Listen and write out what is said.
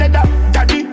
Daddy